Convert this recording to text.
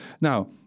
Now